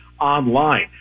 online